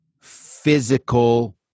physical